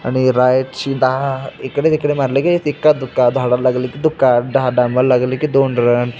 आणि राईटशी दहा इकडे तिकडे मारले की तिक्का दुक्का धाडायला लागले की दुक्का धा डांबायला लागले की दोन रन